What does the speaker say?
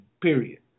period